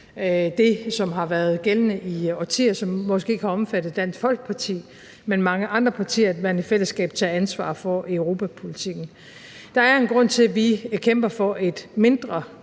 det, som har været gældende i årtier, og som måske ikke har omfattet Dansk Folkeparti, men mange andre partier, nemlig at man i fællesskab tager ansvar for europapolitikken. Der er en grund til, at vi kæmper for et mindre